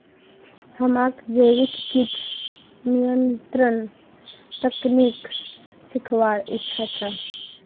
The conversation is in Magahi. हमाक जैविक कीट नियंत्रण तकनीक सीखवार इच्छा छ